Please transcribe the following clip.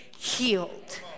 healed